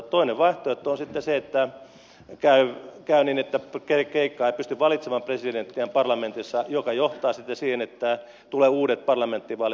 toinen vaihtoehto on se että käy niin että kreikka ei pysty valitsemaan presidenttiään parlamentissa mikä johtaa sitten siihen että tulee uudet parlamenttivaalit